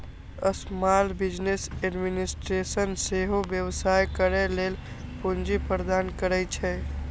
small business administration सेहो व्यवसाय करै लेल पूंजी प्रदान करै छै